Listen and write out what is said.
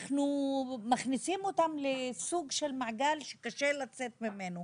אנחנו מכניסים אותם לסוג של מעגל שקשה לצאת ממנו.